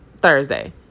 Thursday